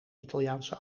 italiaanse